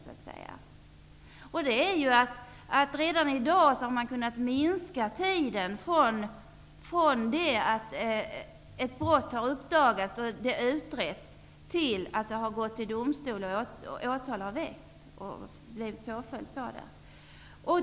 Man har redan i dag kunnat minska tiden från det att ett brott uppdagats och utretts och fram till att det gått till domstol, åtal har väckts och påföljd har utdömts.